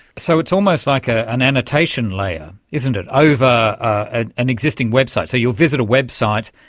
so it's almost like ah an annotation layer, isn't it, over an an existing website. so you'll visit a website,